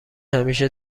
همیشه